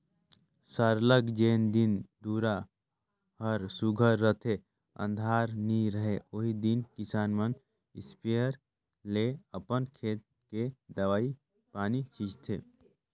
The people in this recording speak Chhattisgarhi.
सरलग जेन दिन दुरा हर सुग्घर रहथे अंधार नी रहें ओही दिन किसान मन इस्पेयर ले अपन खेत में दवई पानी छींचथें